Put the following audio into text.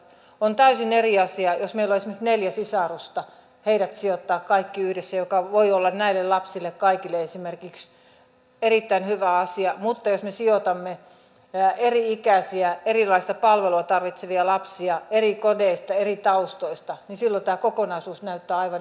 on täysin eri asia jos meillä on esimerkiksi neljä sisarusta heidät sijoittaa kaikki yhdessä mikä voi olla näille lapsille kaikille esimerkiksi erittäin hyvä asia mutta jos me sijoitamme eri ikäisiä erilaista palvelua tarvitsevia lapsia eri kodeista eri taustoista niin silloin tämä kokonaisuus näyttää aivan erilaiselta